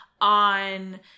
on